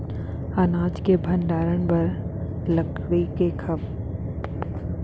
अनाज के भण्डारण बर लकड़ी व तख्ता से मंच कैसे बनाबो ताकि अनाज सुरक्षित रहे?